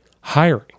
hiring